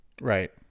Right